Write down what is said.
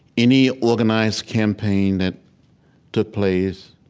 any organized campaign that took place,